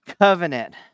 covenant